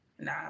Nah